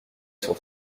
sur